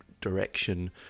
direction